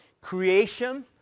Creation